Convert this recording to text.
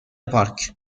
پارک